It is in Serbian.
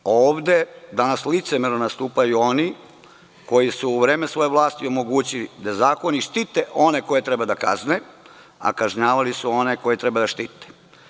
Ovde danas licemerno nastupaju oni koji su u vreme svoje vlasti omogućili da zakoni štite one koje treba da kazne, a kažnjavali su one koje treba da štite.